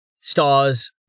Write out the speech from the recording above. Stars